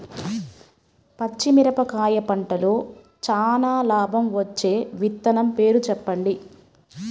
పచ్చిమిరపకాయ పంటలో చానా లాభం వచ్చే విత్తనం పేరు చెప్పండి?